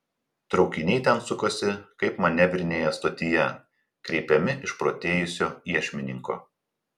traukiniai ten sukosi kaip manevrinėje stotyje kreipiami išprotėjusio iešmininko